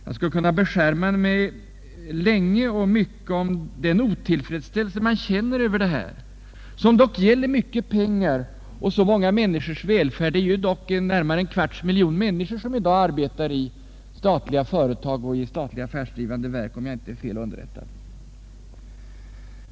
Jag skulle kunna beskärma mig länge och mycket om den otillfredsställelse man känner över det här, som dock gäller mycket pengar och så många människors välfärd — i dag är det dock en kvarts miljon människor som arbetar i statliga företag och i statliga affärsdrivande verk, om jag inte är fel underrättad.